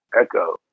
Echo